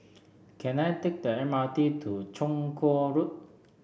can I take the M R T to Chong Kuo Road